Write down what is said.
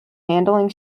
handling